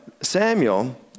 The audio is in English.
Samuel